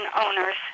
owners